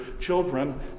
children